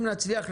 אם נצליח,